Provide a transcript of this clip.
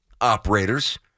operators